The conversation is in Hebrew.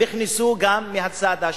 נכנסו גם מהצד השני.